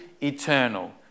eternal